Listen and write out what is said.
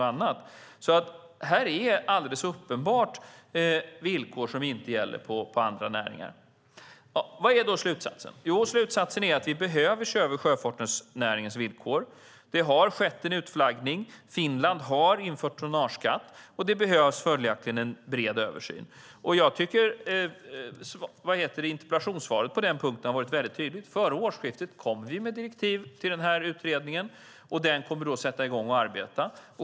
Här har man alldeles uppenbart villkor som inte gäller för andra näringar. Vad är då slutsatsen? Den är att vi behöver se över sjöfartsnäringens villkor. Det har skett en utflaggning. Finland har infört tonnageskatt. Det behövs följaktligen en bred översyn. Jag tycker att interpellationssvaret har varit tydligt på den punkten. Före årsskiftet kommer vi med direktiv till den här utredningen som då kommer att sätta i gång att arbeta.